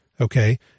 okay